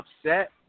upset